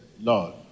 Lord